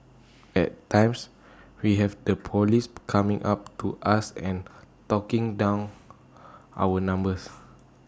at times we have the Police coming up to us and taking down our numbers